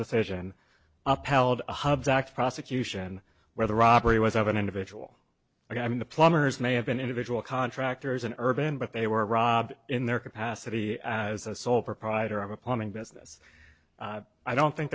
decision up held a hub back prosecution where the robbery was over an individual i mean the plumbers may have been individual contractors and urban but they were robbed in their capacity as a sole proprietor of a plumbing business i don't think